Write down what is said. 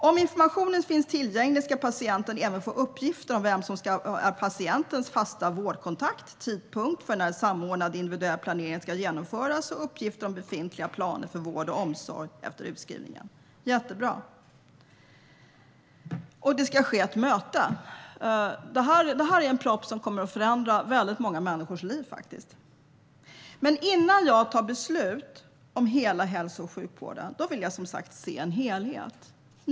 Om informationen finns tillgänglig ska patienten även få uppgifter om vem som är patientens fasta vårdkontakt, tidpunkt för när samordnad individuell planering ska genomföras och uppgifter om befintliga planer för vård och omsorg efter utskrivningen. Det är jättebra. Det ska också ske ett möte. Detta är en proposition som faktiskt kommer att förändra väldigt många människors liv. Innan jag tar beslut om hela hälso och sjukvården vill jag dock som sagt se en helhet.